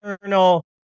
colonel